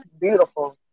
beautiful